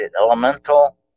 elemental